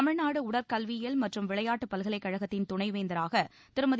தமிழ்நாடு உடற்கல்வியியல் மற்றும் விளையாட்டுப் பல்கலைக்கழகத்தின் துணை வேந்தராக திருமதி